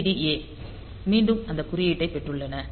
add A மீண்டும் அந்த குறியீட்டை பெற்றுள்ளன